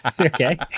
Okay